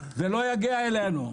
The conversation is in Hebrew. זה לא יגיע אלינו,